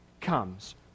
comes